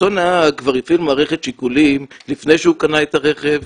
אותו נהג כבר הפעיל מערכת שיקולים לפני שהוא קנה את הרכב,